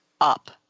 up